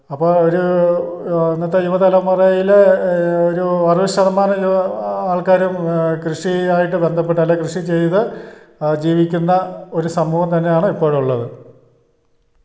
അപ്പോൾ ഒരു ഇന്നത്തെ യുവതലമുറയിൽ ഒരു അറുപത് ശതമാനം ആൾക്കാരും കൃഷി ആയിട്ടു ബന്ധപ്പെട്ട് അല്ലെങ്കിൽ കൃഷി ചെയ്തു ജീവിക്കുന്ന ഒരു സമൂഹം തന്നെയാണ് ഇപ്പോഴുള്ളത്